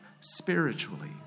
spiritually